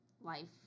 life